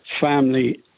family